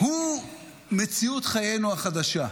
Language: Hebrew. הוא מציאות חיינו החדשה.